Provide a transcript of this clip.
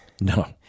No